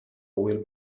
will